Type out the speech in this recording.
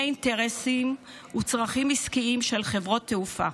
אינטרסים וצרכים עסקיים של חברות התעופה,